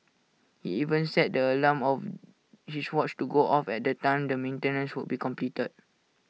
he even set the alarm of his watch to go off at the time the maintenance would be completed